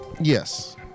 Yes